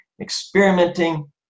experimenting